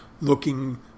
looking